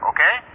Okay